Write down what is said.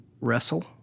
wrestle